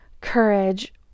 courage